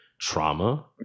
trauma